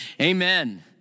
Amen